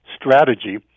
strategy